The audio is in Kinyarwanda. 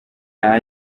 nta